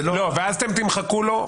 אם הוא יגיש, אתם תמחקו לו?